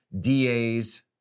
DAs